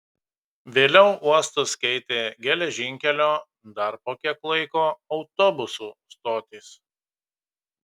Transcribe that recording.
vėliau uostus keitė geležinkelio dar po kiek laiko autobusų stotys